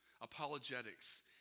apologetics